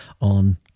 on